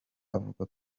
avuga